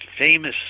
famous